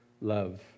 love